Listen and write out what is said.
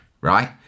Right